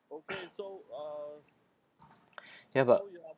ya but